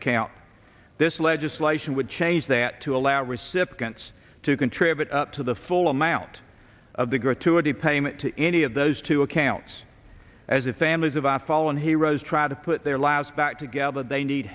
account this legislation would change that to allow recipients to contribute up to the full amount of the gratuity payment to any of those two accounts as if families of our fallen heroes try to put their lives back together they need